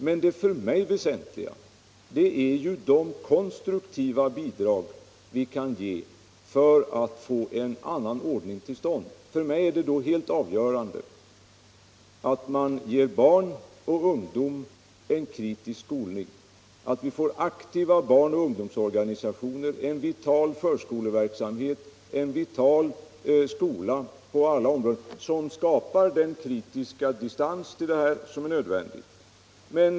Men det för mig väsentliga är det konstruktiva bidrag som vi kan ge för att få en annan ordning till stånd. För mig är det då helt avgörande att man ger barn och ungdom en kritisk skolning, att vi får aktiva barnoch ungdomsorganisationer, en vital förskoleverksamhet och en vital skola på alla områden, som kan skapa den kritiska distans till våldet som är nödvändig.